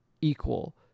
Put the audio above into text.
equal